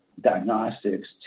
diagnostics